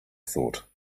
thought